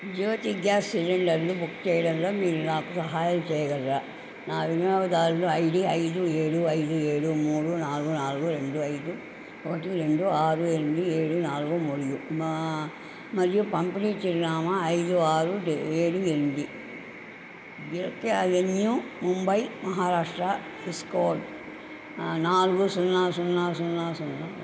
జ్యోతి gas సిలిండర్ను book చెయ్యడంలో మీరు నాకు సహాయం చెయ్యగలరా నా వినియోగదారులు ఐడి ఐదు ఏడు ఐదు ఏడు మూడు నాలుగు నాలుగు రెండు ఐదు ఒకటి రెండు ఆరు ఎనిమిది ఏడు నాలుగు మూడు మరియు పంపిణీ చిరునామా ఐదు ఆరు ఏడు ఎనిమిది L K avenue Mumbai Maharashtra pin code నాలుగు సున్నా సున్నా సున్నా సున్నా